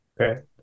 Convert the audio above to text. Okay